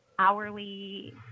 hourly